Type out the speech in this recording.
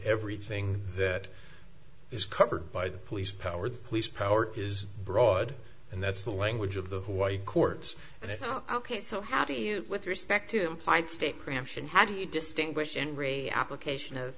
everything that is covered by the police power the police power is broad and that's the language of the white courts and i thought ok so how do you with respect to imply state preemption how do you distinguish in re application of